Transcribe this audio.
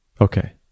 Okay